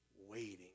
waiting